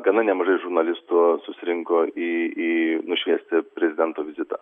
gana nemažai žurnalistų susirinko į į nušviesti prezidento vizitą